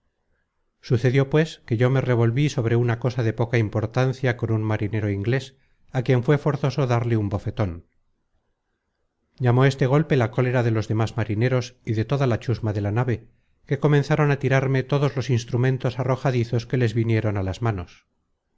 sucedió pues que yo me revolví sobre una cosa de poca importancia con un marinero inglés á quien fué forzoso darle un bofeton llamó este golpe la cólera de los demas marineros y de toda la chusma de la nave que comenzaron á tirarme todos los instrumentos arrojadizos que les vinieron a las manos